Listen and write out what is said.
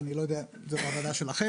אני לא יודע אם זה בוועדה שלכם,